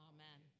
Amen